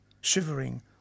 shivering